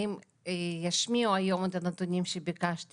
האם ישמיעו היום את הנתונים שביקשתי